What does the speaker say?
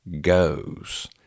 goes